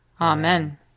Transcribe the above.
Amen